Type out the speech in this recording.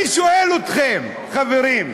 אני שואל אתכם, חברים,